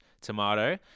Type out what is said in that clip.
tomato